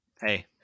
Hey